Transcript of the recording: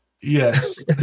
Yes